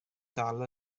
ddal